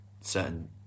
certain